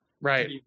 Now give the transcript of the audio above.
right